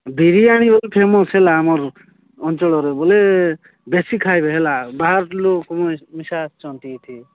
ବିରିୟାନୀ ବୋଲି ଫେମସ୍ ହେଲା ଆମର୍ ଅଞ୍ଚଳରେ ବୋଲେ ବେଶୀ ଖାଇବେ ହେଲା ବାହାର୍ ଲୋକ ମିଶା ଆସିଚନ୍ତି ଏଠି